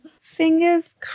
Fingers